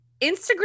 Instagram